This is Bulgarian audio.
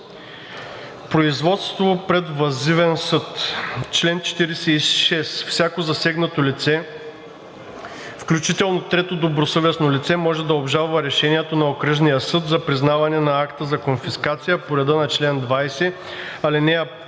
Производство пред въззивен съд Чл. 46. Всяко засегнато лице, включително трето добросъвестно лице, може да обжалва решението на окръжния съд за признаване на акта за конфискация по реда на чл. 20, ал.